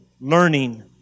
learning